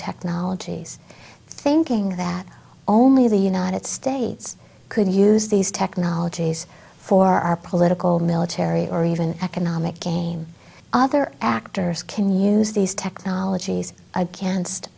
technologies thinking that only the united states could use these technologies for our political military or even economic game other actors can use these technologies against